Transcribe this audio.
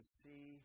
see